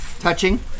Touching